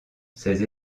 ces